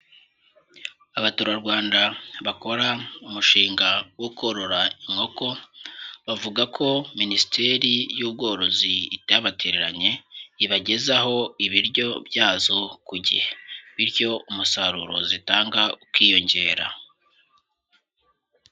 Abaturarwanda bakora umushinga wo korora inkoko, bavuga ko minisiteri y'ubworozi itabatereranye, ibagezaho ibiryo byazo ku gihe, bityo umusaruro zitanga ukiyongera.